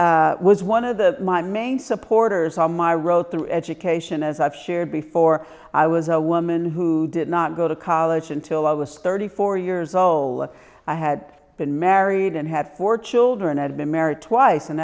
jerry was one of the my main supporters on my road through education as i've shared before i was a woman who did not go to college until i was thirty four years old i had been married and had four children had been married twice and